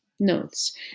notes